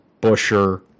Busher